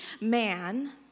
man